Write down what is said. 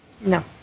No